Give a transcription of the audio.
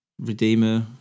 Redeemer